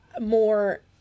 more